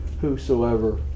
Whosoever